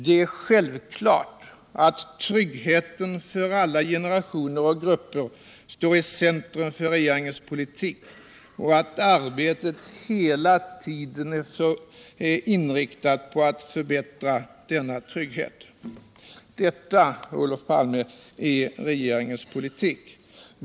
Det är självklart att tryggheten för alla generationer och grupper står icentrum för regeringens politik och att arbetet hela tiden är inriktat på att förbättra denna trygghet.” Detta, Olof Palme, är regeringens politik.